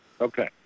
Okay